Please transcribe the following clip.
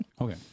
Okay